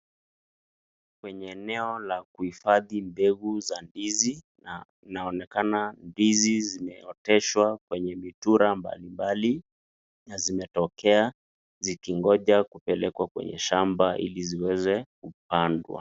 Kwenye eneo la kuhifadhi mbegu za ndizi na naonekana ndizi zimeoteshwa kwenye mitura mbalimbali na zimetokea zikingoja kupelekwa kwenye shamba ili ziweze kupandwa.